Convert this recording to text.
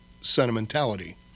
sentimentality